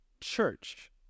church